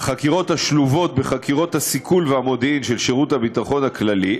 הן חקירות השלובות בחקירות הסיכול והמודיעין של שירות הביטחון הכללי,